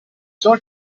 ciò